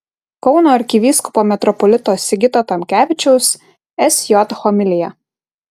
kauno arkivyskupo metropolito sigito tamkevičiaus sj homilija